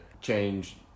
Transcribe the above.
change